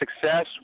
success